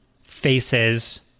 faces